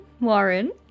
Warren